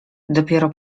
dopiero